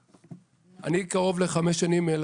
קרוב לחמש שנים.